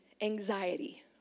anxiety